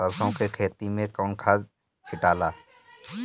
सरसो के खेती मे कौन खाद छिटाला?